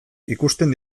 ikusten